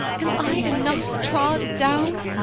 am i enough trod down?